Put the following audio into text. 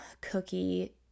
cookie